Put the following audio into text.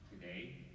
Today